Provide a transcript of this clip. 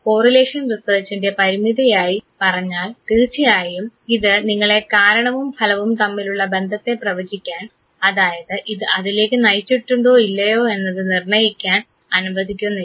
correlation റിസർച്ചിൻറെ പരിമിതിയായി പറഞ്ഞാൽ തീർച്ചയായും ഇത് നിങ്ങളെ കാരണവും ഫലവും തമ്മിലുള്ള ബന്ധത്തെ പ്രവചിക്കാൻ അതായത് ഇത് അതിലേക്കു നയിച്ചിട്ടുണ്ടോ ഇല്ലയോ എന്നത് നിർണയിക്കാൻ അനുവദിക്കുന്നില്ല